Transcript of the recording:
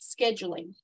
scheduling